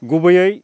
गुबैयै